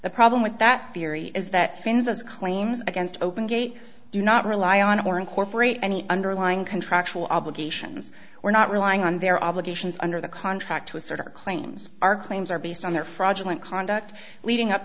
the problem with that theory is that finns as claims against open gate do not rely on a more incorporate any underlying contractual obligations or not relying on their obligations under the contract to assert our claims our claims are based on their fraudulent conduct leading up